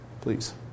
Please